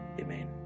Amen